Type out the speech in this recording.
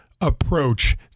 approach